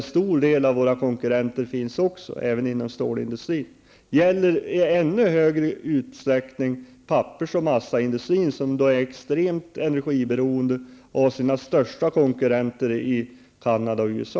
En stor del av våra konkurrenter, även inom stålindustrin, finns utanför Europa. Det gäller i ännu högre utsträckning pappers och massaindustrin, som är extremt energiberoende och har sina största konkurrenter i Canada och USA.